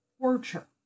torture